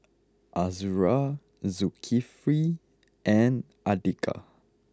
Azura Zulkifli and Andika